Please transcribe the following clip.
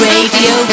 Radio